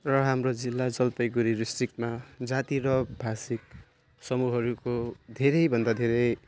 र हाम्रो जिल्ला जलपाइगुडी डिस्ट्रिक्टमा जाति र भाषिक समूहहरूको धेरै भन्दा धेरै